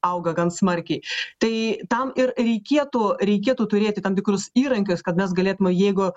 auga gan smarkiai tai tam ir reikėtų reikėtų turėti tam tikrus įrankius kad mes galėtume jeigu